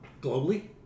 Globally